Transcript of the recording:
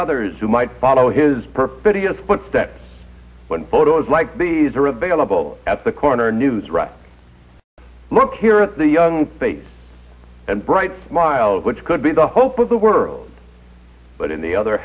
others who might follow his perfidious footsteps when photos like these are available at the corner news look here at the face and bright smile which could be the hope of the world but in the other